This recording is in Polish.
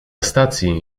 stacji